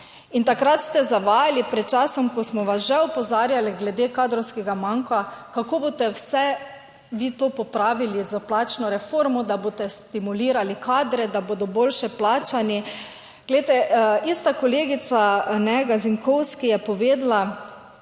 takrat ste zavajali pred časom, ko smo vas že opozarjali glede kadrovskega manka, kako boste vse vi to popravili s plačno reformo, da boste stimulirali kadre, da bodo boljše plačani. Glejte, ista kolegica Gazinkovski je povedala